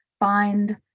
Find